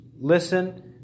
Listen